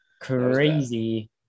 Crazy